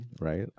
right